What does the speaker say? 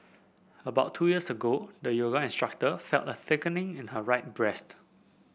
about two years ago the yoga instructor felt a thickening in her right breast